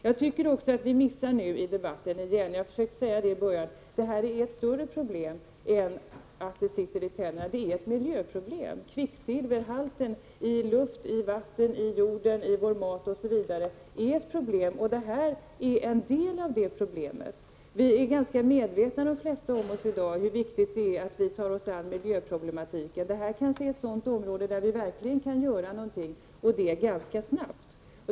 Jag tycker också att vi nu igen i debatten missar det faktum att det här är ett större problem — jag försökte säga det i början av debatten. Det här är inte ett problem som sitter i tänderna — det är ett miljöproblem. Kvicksilverhalten i luften, i vattnet, i jorden, i vår mat, osv. är ett problem, och det här är en del av det problemet. De flesta av oss är i dag ganska medvetna om hur viktigt det är att vi tar oss an miljöproblematiken. Det här kanske är ett område där vi verkligen kan göra någonting, och det ganska snabbt.